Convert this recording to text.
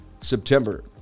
September